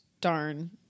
darn